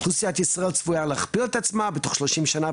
אוכלוסיית ישראל צפויה להכפיל את עצמה בתוך 30 שנה,